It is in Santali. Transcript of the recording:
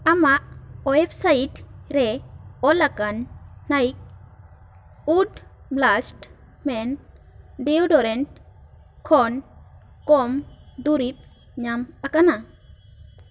ᱟᱢᱟᱜ ᱳᱭᱮᱵᱽ ᱥᱟᱭᱤᱰ ᱨᱮ ᱚᱞᱟᱠᱟᱱ like oud blast men deodorant ᱠᱷᱚᱱ ᱠᱚᱢ ᱫᱩᱨᱤᱵᱽ ᱧᱟᱢ ᱟᱠᱟᱱᱟ